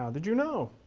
um did you know?